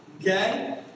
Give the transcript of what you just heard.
Okay